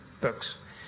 books